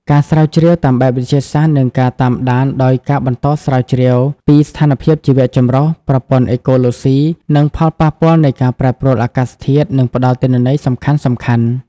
ការស្រាវជ្រាវបែបវិទ្យាសាស្ត្រ និងការតាមដានដោយ ការបន្តស្រាវជ្រាវពីស្ថានភាពជីវៈចម្រុះ ប្រព័ន្ធអេកូឡូស៊ី និងផលប៉ះពាល់នៃការប្រែប្រួលអាកាសធាតុ នឹងផ្តល់ទិន្នន័យសំខាន់ៗ។